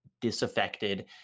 disaffected